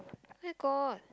where got